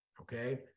okay